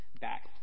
back